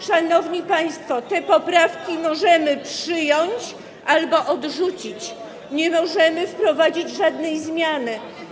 Szanowni państwo, te poprawki możemy przyjąć albo odrzucić, nie możemy wprowadzić żadnej zmiany.